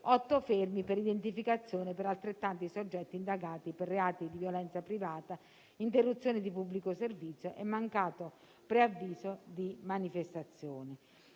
fermi per identificazione per altrettanti soggetti indagati per i reati di violenza privata, interruzione di pubblico servizio e mancato preavviso di manifestazione.